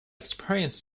experience